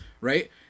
right